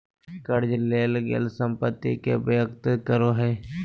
कर्ज लेल गेल संपत्ति के व्यक्त करो हइ